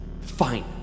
Fine